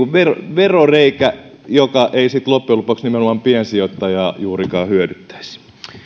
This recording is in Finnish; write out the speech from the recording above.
veroreikä joka ei sitten loppujen lopuksi nimenomaan piensijoittajaa juurikaan hyödyttäisi